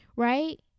Right